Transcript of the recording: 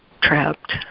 trapped